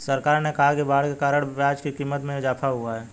सरकार ने कहा कि बाढ़ के कारण प्याज़ की क़ीमत में इजाफ़ा हुआ है